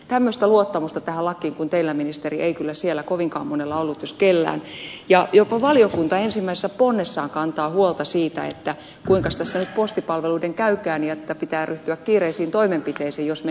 tämmöistä luottamusta tähän lakiin kuin teillä ministeri ei kyllä siellä kovinkaan monella ollut jos kellään ja jopa valiokunta ensimmäisessä ponnessaan kantaa huolta siitä kuinkas tässä nyt postipalveluiden käykään ja että pitää ryhtyä kiireisiin toimenpiteisiin jos menee mönkään